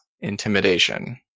intimidation